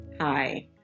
Hi